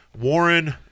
Warren